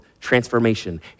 transformation